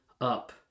up